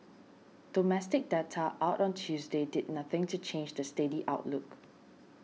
domestic data out on Tuesday did nothing to change the steady outlook